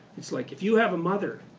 it's like if you have a mother,